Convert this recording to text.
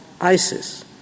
ISIS